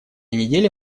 неделе